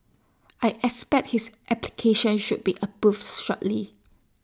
I expect his application should be approved shortly